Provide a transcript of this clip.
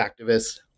activists